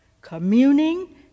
communing